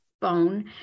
phone